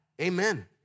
amen